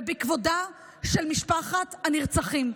ובכבודה של משפחת הנרצחים.